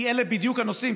כי אלה בדיוק הנושאים,